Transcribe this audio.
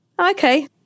okay